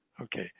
Okay